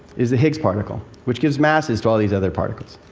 is the higgs particle, which gives masses to all these other particles.